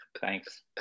Thanks